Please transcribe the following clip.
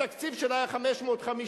התקציב שלה היה 550,